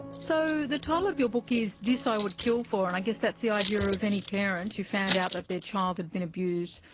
so the title of your book is this i would kill for, and i guess that's the idea of any parent who found out that their child had been abused,